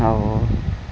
اور